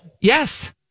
Yes